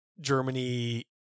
Germany